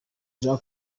jean